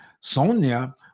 Sonia